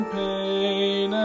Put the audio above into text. pain